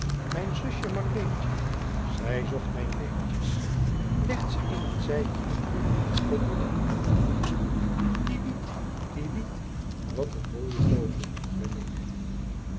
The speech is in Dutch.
mijn zusje marleentje zij zocht al mijn beentjes legt ze in een zijden doek onder den amandelboom kiewit kiewit wat een mooie vogel ben ik